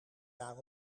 jaar